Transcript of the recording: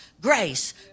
grace